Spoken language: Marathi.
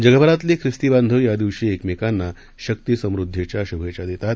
जगभरातले खिस्ती बांधव या दिवशी एकमेकांना शक्ती समुद्दीच्या शूभेच्छा देतात